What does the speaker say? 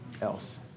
else